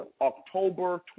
October